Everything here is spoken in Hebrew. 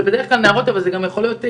זה בדרך כלל נערות אבל זה גם יכול להיות ילדים,